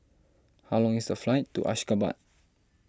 how long is the flight to Ashgabat